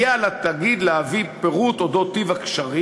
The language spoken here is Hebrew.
יהיה על התאגיד להביא פירוט על אודות טיב הקשרים,